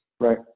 right